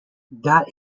that